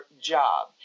job